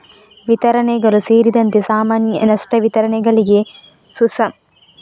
ವಿತರಣೆಗಳು ಸೇರಿದಂತೆ ಸಾಮಾನ್ಯ ನಷ್ಟ ವಿತರಣೆಗಳಿಗೆ ಸುಸಂಬದ್ಧವಾಗಿದೆ ಮತ್ತು ಉಪ ಸಂಯೋಜಕವಾಗಿದೆ